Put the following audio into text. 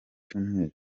cyumweru